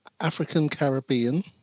African-Caribbean